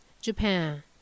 Japan